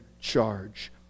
charge